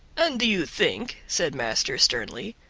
and do you think, said master sternly,